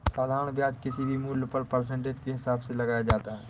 साधारण ब्याज किसी भी मूल्य पर परसेंटेज के हिसाब से लगाया जाता है